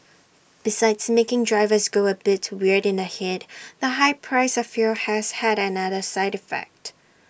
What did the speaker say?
besides making drivers go A bit weird in the Head the high price of fuel has had another side effect